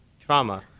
trauma